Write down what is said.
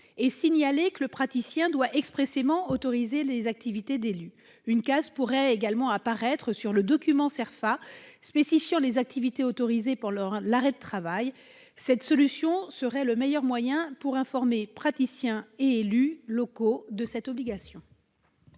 signaler que le praticien doit expressément autoriser les activités d'élu. Une case pourrait également apparaître sur le document Cerfa, spécifiant les activités autorisées pendant l'arrêt de travail. Cette solution serait le meilleur moyen pour informer praticiens et élus locaux de l'obligation.